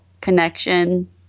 connection